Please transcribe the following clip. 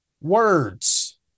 words